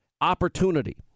Opportunity